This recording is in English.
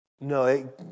No